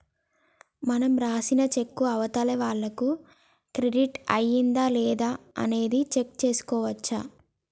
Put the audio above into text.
మనం రాసిన చెక్కు అవతలి వాళ్లకు క్రెడిట్ అయ్యిందా లేదా అనేది చెక్ చేసుకోవచ్చు